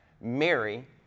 Mary